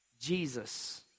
Jesus